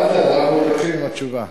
לאט-לאט, אנחנו מתפתחים עם התשובה.